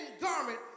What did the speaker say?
garment